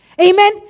Amen